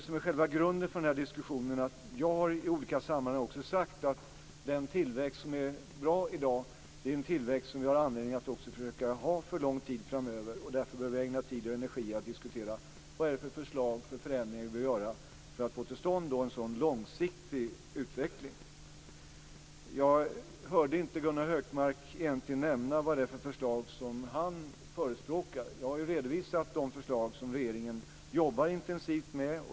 Själva grunden för den här diskussionen är att jag i olika sammanhang har sagt att den tillväxt som är bra i dag är en tillväxt som vi har anledning att försöka behålla för lång tid framöver. Därför bör vi ägna tid och energi åt att diskutera vilka förändringar vi bör göra för att få till stånd en sådan långsiktig utveckling. Jag hörde inte Gunnar Hökmark nämna vilka förslag som han förespråkar. Jag har redovisat de förslag som regeringen jobbar intensivt med.